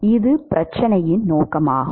இது பிரச்சனையின் நோக்கமாகும்